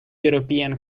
european